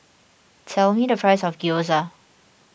tell me the price of Gyoza